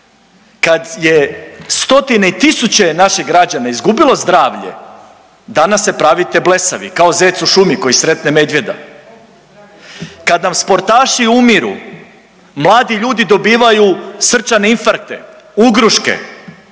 Kad je stotine i tisuće naših građana izgubilo zdravlje danas se pravite blesavi kao zec u šumi koji sretne medvjeda. Kad nam sportaši umiru, mladi ljudi dobivaju srčane infarkte, ugruške,